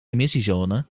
emissiezone